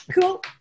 cool